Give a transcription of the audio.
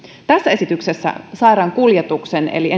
tässä esityksessä sairaankuljetuksen eli